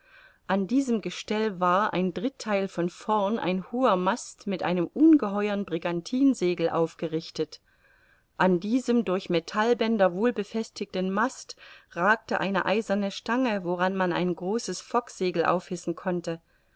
an diesem gestell war ein drittheil von vorn ein hoher mast mit einem ungeheuern brigantinsegel aufgerichtet an diesem durch metallbänder wohl befestigten mast ragte eine eiserne stange woran man ein großes focksegel aufhissen konnte